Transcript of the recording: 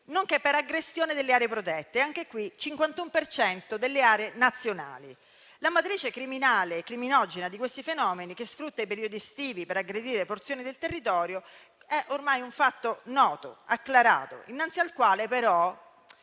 nonché per aggressione delle aree protette, anche qui il 51 per cento delle aree nazionali. La matrice criminale e criminogena di questi fenomeni, che sfrutta i periodi estivi per aggredire porzioni del territorio, è ormai un fatto noto, acclarato, innanzi al quale, però,